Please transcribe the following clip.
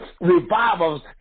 revivals